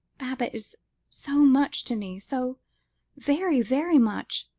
baba is so much to me, so very, very much,